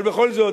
אבל בכל זאת,